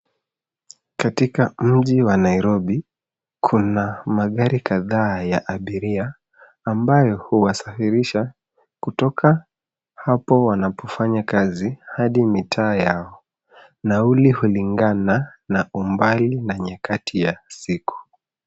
Katika mji wa Nairobi, kuna magari kadhaa ya abiria, ambayo huwasafirisha kutoka hapo wanapofanya kazi hadi mitaa yao. Nauli hulingana na umbali na nyakati ya siku.